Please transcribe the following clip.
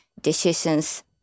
decisions